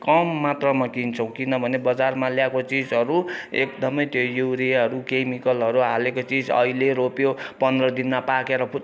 कम मात्रामा किन्छौँ किनभने बजारमा ल्याएको चिजहरू एकदमै त्यही युरियाहरू केमिकलहरू हालेको चिज अहिले रोप्यो पन्ध्र दिनमा पाकेर फुत्तै